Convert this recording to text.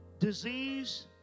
Disease